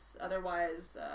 Otherwise